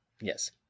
Yes